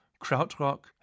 krautrock